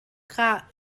kah